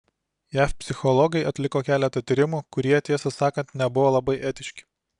jav psichologai atliko keletą tyrimų kurie tiesą sakant nebuvo labai etiški